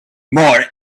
more